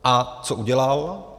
A co udělal?